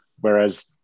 whereas